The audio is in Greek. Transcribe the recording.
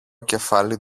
κεφάλι